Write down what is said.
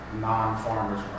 non-farmers